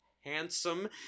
handsome